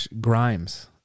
Grimes